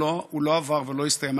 הוא לא עבר ולא הסתיים.